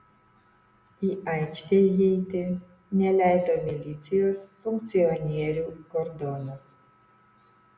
į aikštę įeiti neleido milicijos funkcionierių kordonas